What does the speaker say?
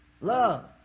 Love